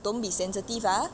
don't be sensitive ah